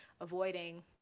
avoiding